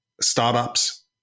startups